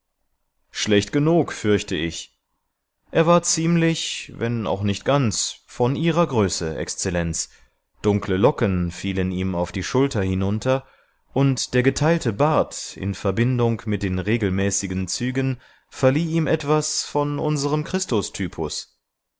schlecht genug fürchte ich er war ziemlich wenn auch nicht ganz von ihrer größe exzellenz dunkle locken fielen ihm auf die schulter hinunter und der geteilte bart in verbindung mit den regelmäßigen zügen verlieh ihm etwas von unserem